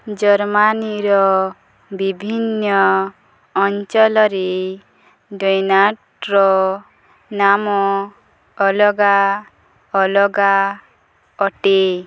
ଜର୍ମାନୀର ବିଭିନ୍ନ ଅଞ୍ଚଳରେ ଡୈନାଟ୍ର ନାମ ଅଲଗା ଅଲଗା ଅଟେ